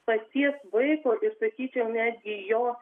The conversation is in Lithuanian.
paties vaiko ir sakyčiau netgi jo